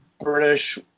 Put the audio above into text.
British